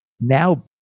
now